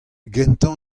gentañ